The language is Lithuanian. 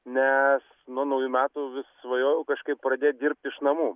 nes nuo naujų metų svajojau kažkaip pradėt dirbt iš namų